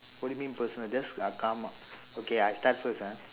what do you mean personal just uh come okay I start first ah